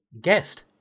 Guest